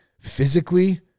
physically